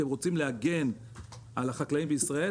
כי הם רוצים להגן על החקלאים בישראל,